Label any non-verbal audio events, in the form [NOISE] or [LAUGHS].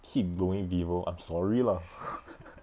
keep going vivo I'm sorry lah [LAUGHS]